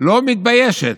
לא מתביישת,